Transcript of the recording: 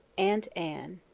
aunt anne.